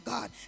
God